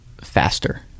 faster